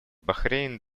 бахрейн